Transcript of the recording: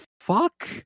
fuck